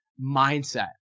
mindset